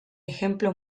ejemplo